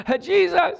Jesus